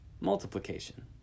multiplication